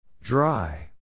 Dry